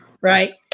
right